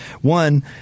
one